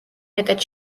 მეტად